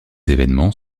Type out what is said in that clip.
événements